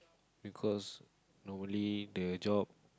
because normally the job